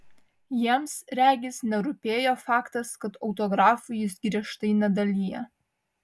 jiems regis nerūpėjo faktas kad autografų jis griežtai nedalija